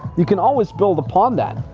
you can always build upon that,